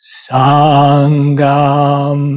sangam